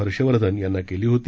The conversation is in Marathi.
हर्षवर्धन यांना केली होती